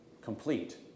complete